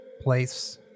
place